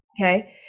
Okay